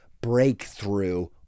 breakthrough